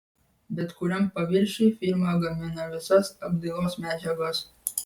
bet kuriam paviršiui firma gamina visas apdailos medžiagas